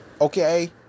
Okay